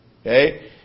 Okay